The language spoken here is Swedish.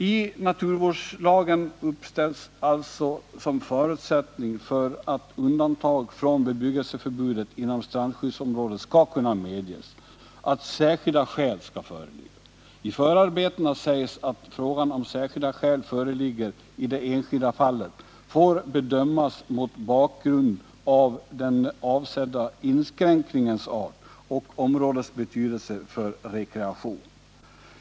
I naturvårdslagen anges såsom förutsättning för att undantag från bebyggelseförbudet inom strandskyddsområde skall kunna medges att särskilda skäl skall föreligga. I förarbetena sägs att frågan huruvida särskilda skäl föreligger i det enskilda fallet får bedömas mot bakgrund av den avsedda inskränkningens art och områdets betydelse för rekreation.